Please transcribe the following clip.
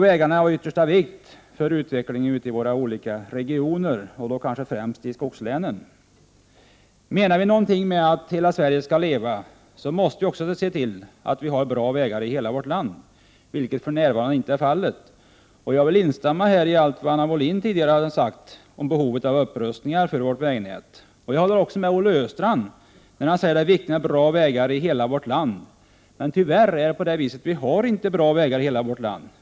Vägarna är av yttersta vikt för utvecklingen i våra olika regioner, och då kanske främst i skogslänen. Om vi menar någonting med att ”hela Sverige ska leva” måste vi också se till att vi har bra vägar i hela vårt land, vilket för närvarande inte är fallet. Jag vill instämma i allt det som Anna Wohlin Andersson sagt här tidigare om behovet av upprustning av vårt vägnät. Jag håller också med Olle Östrand när han säger att det är viktigt med bra vägar i hela vårt land. Men vi har tyvärr inte bra vägar i hela landet.